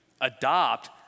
adopt